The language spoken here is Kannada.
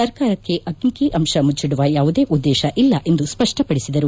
ಸರ್ಕಾರಕ್ಕೆ ಅಂಕಿ ಅಂಶ ಮುಚ್ಚಿಡುವ ಯಾವುದೇ ಉದ್ದೇಶ ಇಲ್ಲ ಎಂದು ಸ್ಪಷ್ಟಪಡಿಸಿದರು